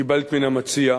קיבלת מן המציע.